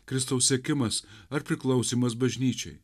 kristaus sekimas ar priklausymas bažnyčiai